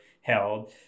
held